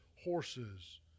horses